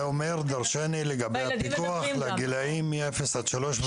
זה אומר דרשני לגבי הפיקוח לגילאים מגיל אפס עד שלוש.